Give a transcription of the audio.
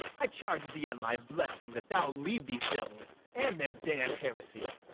i charge thee on my blessing that thou leave these devils and their damned heresy!